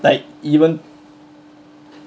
like even